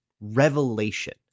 revelation